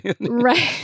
Right